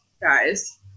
guys